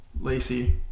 lacy